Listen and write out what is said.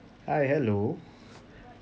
hi hello